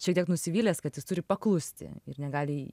šiek tiek nusivylęs kad jis turi paklusti ir negali